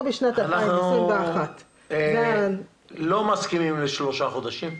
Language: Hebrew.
בשנת 2021. אנחנו לא מסכימים לשלושה חודשים.